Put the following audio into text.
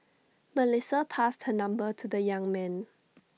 Melissa passed her number to the young man